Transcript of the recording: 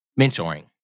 mentoring